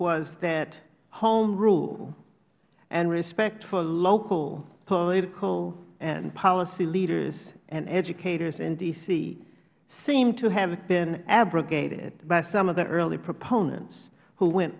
was that home rule and respect for local political and policy leaders and educators in d c seemed to have been abrogated by some of the earlier proponents who went